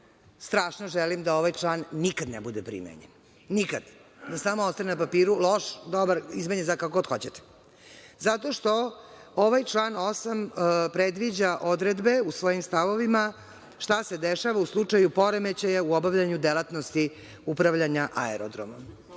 strašno želim da ovaj član nikada ne bude primenjen. Nikada. Da samo ostane na papiru, loš, dobar, izmenjen, kako god hoćete. Zato što ovaj član 8. predviđa odredbe u svojim stavovima šta se dešava u slučaju poremećaja u obavljanju delatnosti upravljanja aerodromom.